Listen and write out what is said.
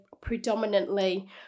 predominantly